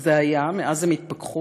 זה היה, מאז הם התפכחו.